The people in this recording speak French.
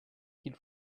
qu’il